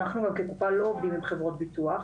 אנחנו כקופה לא עובדים עם חברות ביטוח.